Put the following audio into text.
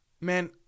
Man